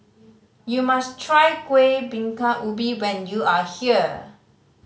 you must try Kuih Bingka Ubi when you are here